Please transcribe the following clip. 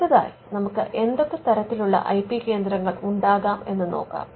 അടുത്തതായി നമുക്ക് ഏതൊക്കെ തരത്തിലുള്ള ഐ പി കേന്ദ്രങ്ങൾ ഉണ്ടാകാം എന്ന് നോക്കാം